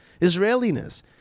israeliness